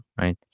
right